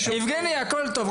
יבגני, הכול טוב.